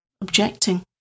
objecting